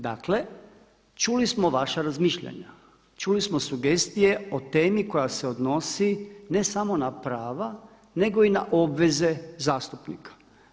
Dakle, čuli smo vaša razmišljanja, čuli smo sugestije o temi koja se odnosi ne samo na prava nego i na obveze zastupnika.